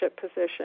position